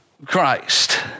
Christ